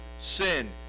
sin